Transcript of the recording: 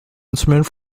instrument